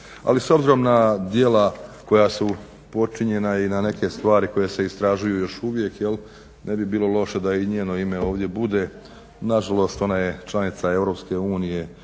ali s obzirom na djela koja su počinjena i na neke stvari koje se istražuju još uvijek ne bi bilo loše da i njeno ime ovdje bude. Nažalost ona je članica